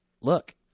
look